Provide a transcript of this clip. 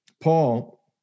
Paul